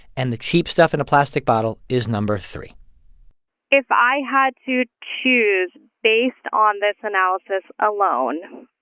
and the cheap stuff in a plastic bottle is number three if i had to choose, based on this analysis alone,